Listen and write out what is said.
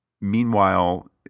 Meanwhile